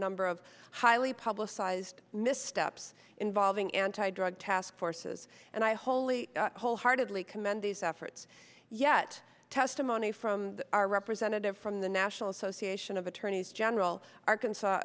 number of highly publicized missteps involving anti drug task forces and i wholly wholeheartedly commend the efforts yet testimony from our representative from the national association of attorneys general arkansas